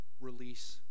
release